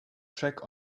track